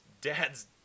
dad's